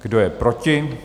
Kdo je proti?